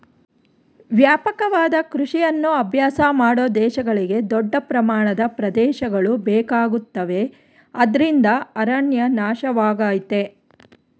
ವ್ಯಾಪಕವಾದ ಕೃಷಿಯನ್ನು ಅಭ್ಯಾಸ ಮಾಡೋ ದೇಶಗಳಿಗೆ ದೊಡ್ಡ ಪ್ರಮಾಣದ ಪ್ರದೇಶಗಳು ಬೇಕಾಗುತ್ತವೆ ಅದ್ರಿಂದ ಅರಣ್ಯ ನಾಶವಾಗಯ್ತೆ